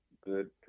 good